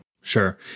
Sure